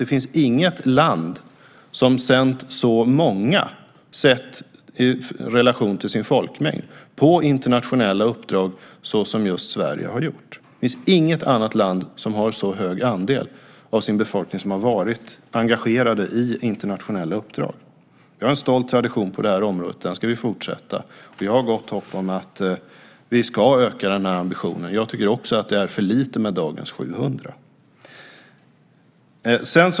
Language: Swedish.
Det finns inget land som sänt så många, i relation till sin folkmängd, på internationella uppdrag som just Sverige. Det finns inget annat land som har en så hög andel av sin befolkning som har varit engagerad i internationella uppdrag. Vi har en stolt tradition på det här området, och den ska vi fortsätta med. Vi har gott hopp om att vi ska öka vår ambition. Jag tycker också att det är för lite med dagens 700.